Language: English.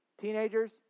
Teenagers